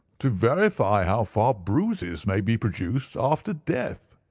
to verify how far bruises may be produced after death.